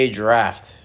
draft